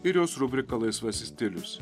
ir jos rubrika laisvasis stilius